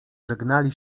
żegnali